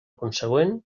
consegüent